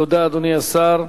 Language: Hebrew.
תודה, אדוני השר.